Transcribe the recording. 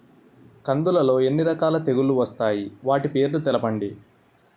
కందులు లో ఎన్ని రకాల తెగులు వస్తాయి? వాటి పేర్లను తెలపండి?